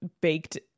baked